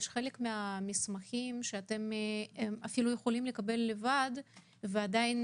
יש חלק מהמסמכים שאפשר לקבל לבד ועדיין